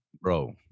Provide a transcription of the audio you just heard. Bro